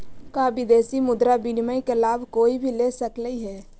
का विदेशी मुद्रा विनिमय का लाभ कोई भी ले सकलई हे?